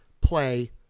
play